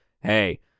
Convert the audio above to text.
hey